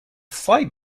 slight